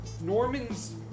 Norman's